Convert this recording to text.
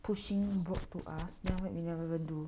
pushing work to us then we like never even do